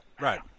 Right